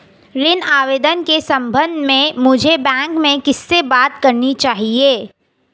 ऋण आवेदन के संबंध में मुझे बैंक में किससे बात करनी चाहिए?